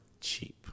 cheap